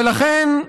ולכן,